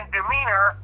demeanor